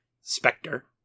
Spectre